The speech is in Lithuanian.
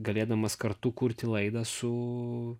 galėdamas kartu kurti laidą su